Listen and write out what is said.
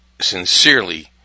sincerely